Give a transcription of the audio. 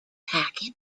packet